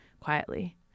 quietly